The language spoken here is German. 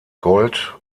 gold